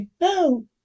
no